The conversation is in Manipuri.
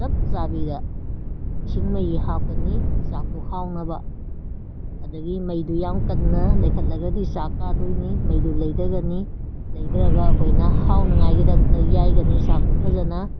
ꯆꯞ ꯆꯥꯕꯤꯗ ꯏꯁꯤꯡ ꯃꯍꯤ ꯍꯥꯞꯀꯅꯤ ꯆꯥꯛꯇꯨ ꯍꯥꯎꯅꯕ ꯑꯗꯒꯤ ꯃꯩꯗꯨ ꯌꯥꯝ ꯀꯟꯅ ꯂꯩꯈꯠꯂꯒꯗꯤ ꯆꯥꯛ ꯀꯥꯗꯣꯏꯅꯤ ꯃꯩꯗꯨ ꯂꯩꯊꯒꯅꯤ ꯂꯩꯊꯔꯒ ꯑꯩꯈꯣꯏꯅ ꯍꯥꯎꯅꯤꯉꯥꯏꯒꯤꯗꯃꯛꯇ ꯌꯥꯏꯒꯅꯤ ꯆꯥꯛꯇꯨ ꯐꯖꯅ